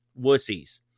wussies